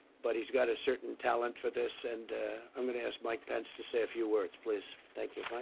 but he's got a certain talent for this and i'm going to ask mike pence to say a few words, please. thank you,